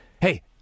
hey